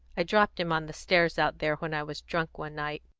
i dropped him on the stairs out there, when i was drunk, one night.